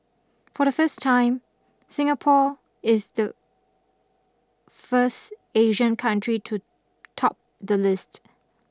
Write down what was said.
for the first time Singapore is the first Asian country to top the list